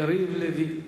חבר הכנסת יריב לוין.